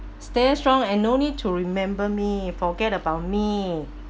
stay strong and no need to remember me forget about me